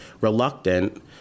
reluctant